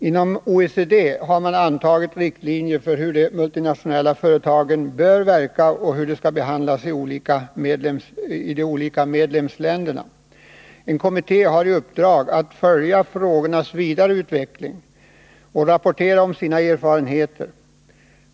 Inom OECD har man antagit riktlinjer för hur de multinationella företagen bör verka och hur de skall behandlas i de olika medlemsländerna. En kommitté har i uppdrag att följa frågornas vidare utveckling och att rapportera om sina erfarenheter.